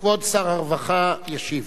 כבוד שר הרווחה ישיב.